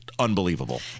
unbelievable